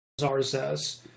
RSS